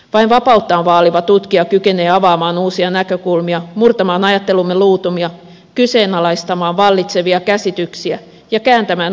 vain vapauttaan vaaliva tutkija kykenee avaamaan uusia näkökulmia murtamaan ajattelumme luutumia kyseenalaistamaan vallitsevia käsityksiä ja kääntämään oletukset nurin päin